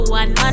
one